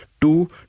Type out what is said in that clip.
two